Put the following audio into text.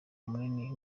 munini